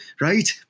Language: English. right